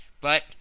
But